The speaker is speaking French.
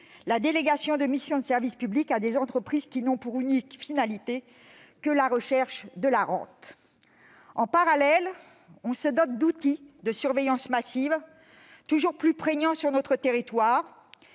la délégation des missions de services publics à des entreprises qui n'ont pour unique finalité que la recherche de la rente. En parallèle, on se dote d'outils de surveillance massive, toujours plus prégnants sur notre territoire.